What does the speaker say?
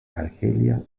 argelia